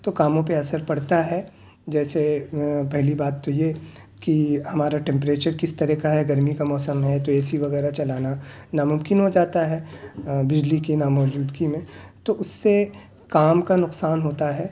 تو کاموں پہ اثر پڑتا ہے جیسے پہلی بات تو یہ کہ ہمارا ٹمپریچر کس طرح کا ہے گرمی کا موسم ہے تو اے سی وغیرہ چلانا ناممکن ہو جاتا ہے بجلی کا نا موجودگی میں تو اس سے کام کا نقصان ہوتا ہے